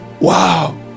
wow